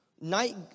Night